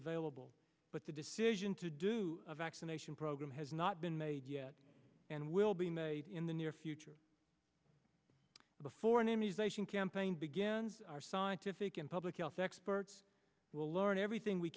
available but the decision to do a vaccination program has not been made yet and will be made in the near future before an emulation campaign begins our scientific and public health experts will learn everything we